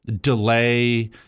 delay